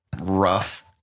rough